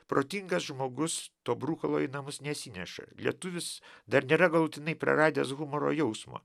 protingas žmogus to brukalo į namus nesineša lietuvis dar nėra galutinai praradęs humoro jausmo